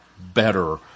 better